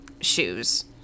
shoes